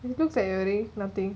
it looks like you're wearing nothing